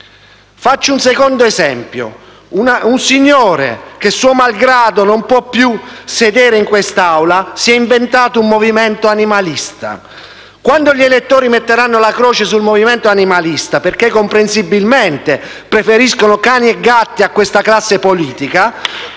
Faccio un secondo esempio: un signore che, suo malgrado, non può più sedere in quest'Aula, si è inventato un movimento animalista; quando gli elettori metteranno la croce sul movimento animalista, perché comprensibilmente preferiscono cani e gatti a questa classe politica